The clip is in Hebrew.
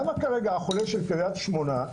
למה כרגע החולה של קריית שמונה,